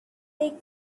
take